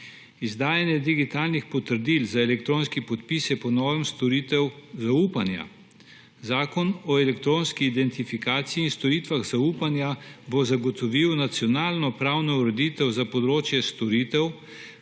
Izdajanje digitalnih potrdil za elektronski podpis je po novem storitev zaupanja. Zakon o elektronski identifikaciji in storitvah zaupanja bo zagotovil nacionalno pravno ureditev za področje storitev,